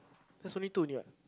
that's only two only what